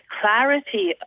clarity